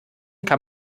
kann